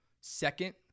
Second